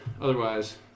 otherwise